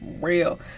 real